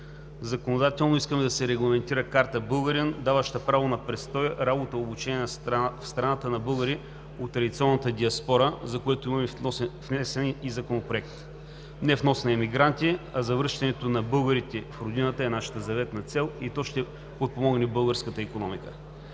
Законодателно искаме да се регламентира карта „Българин“, даваща право на престой, работа и обучение в страната на българи от традиционната диаспора, за което имаме и внесен законопроект. Не внос на имигранти, а завръщането на българите в Родината е нашата заветна цел и то ще подпомогне българската икономика.